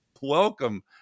Welcome